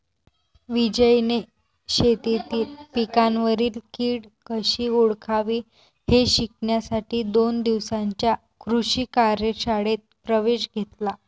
विजयने शेतीतील पिकांवरील कीड कशी ओळखावी हे शिकण्यासाठी दोन दिवसांच्या कृषी कार्यशाळेत प्रवेश घेतला